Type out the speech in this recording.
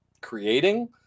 creating